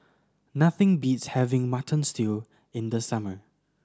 nothing beats having Mutton Stew in the summer